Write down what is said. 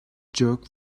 jerk